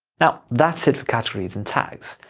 yeah that's it for categories and tags!